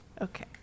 Okay